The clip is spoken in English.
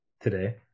today